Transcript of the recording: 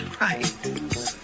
Right